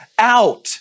out